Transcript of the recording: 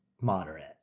moderate